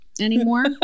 anymore